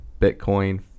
bitcoin